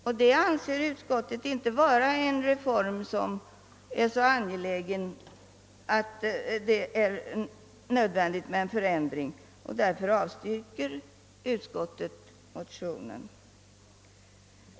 Utskottet anser inte detta vara en så angelägen reform, att det gör en ändring av systemet nödvändig, och utskottet har därför avstyrkt motionen.